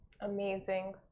Amazing